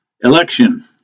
election